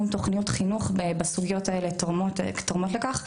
תוכניות חינוך בסוגיות האלה תורמות לכך,